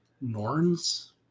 Norns